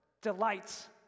delights